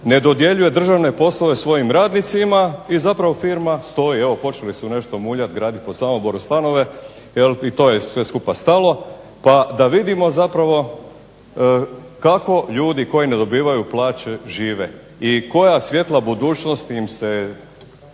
ne dodjeljuje državne poslove svojim radnicima, i zapravo firma stoji. Evo počeli su nešto muljati, graditi po Samoboru stanove, i to je sve skupa stalo, pa da vidimo zapravo kako ljudi koji ne dobivaju plaće žive, i koja svijetla budućnost im se